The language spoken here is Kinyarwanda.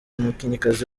umukinnyikazi